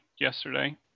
yesterday